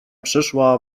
przyszła